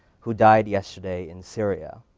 who died yesterday in syria.